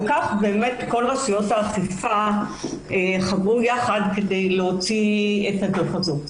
וכך באמת כל רשויות האכיפה חברו יחד כדי להוציא את הדוח הזה.